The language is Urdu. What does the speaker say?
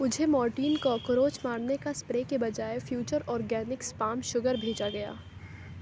مجھے مورٹین کاکروچ مارنے کا سپرے کے بجائے فیوچر اورگینکس پام شگر بھیجا گیا